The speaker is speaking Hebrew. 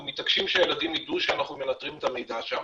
אנחנו מתעקשים שהילדים ידעו שאנחנו מנטרים את המידע שם,